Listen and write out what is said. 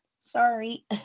Sorry